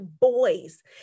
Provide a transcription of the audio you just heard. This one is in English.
boys